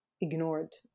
ignored